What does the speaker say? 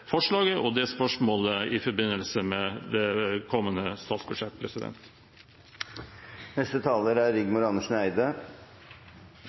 forslaget og det spørsmålet i forbindelse med det